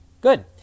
Good